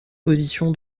position